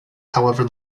however